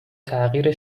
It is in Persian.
تغییر